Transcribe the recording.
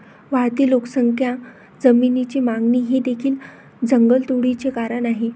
वाढती लोकसंख्या, जमिनीची मागणी हे देखील जंगलतोडीचे कारण आहे